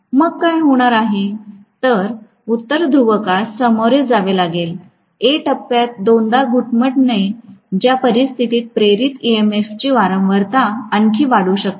मग काय होणार आहे उत्तर ध्रुवकास सामोरे जावे लागेल A टप्प्यात दोनदा घुमटणे ज्या परिस्थितीत प्रेरित ईएमएफची वारंवारता आणखी वाढू शकते